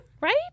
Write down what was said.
Right